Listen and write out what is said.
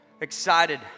excited